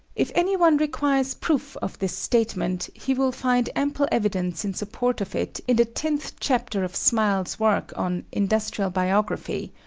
if any one requires proof of this statement he will find ample evidence in support of it in the tenth chapter of smiles's work on industrial biography,